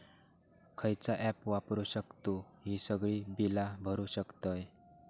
खयचा ऍप वापरू शकतू ही सगळी बीला भरु शकतय?